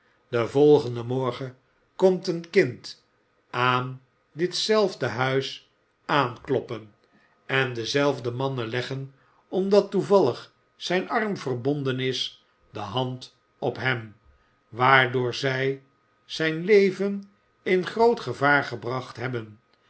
den volgenden morgen komt een kind aan ditzelfde huis aankloppen en dezelfde mannen leggen omdat toevallig zijn arm verbonden is de hand op hem waardoor zij zijn leven in groot gevaar gebracht hebben